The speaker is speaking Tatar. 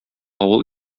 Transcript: авыл